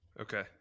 Okay